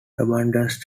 abundance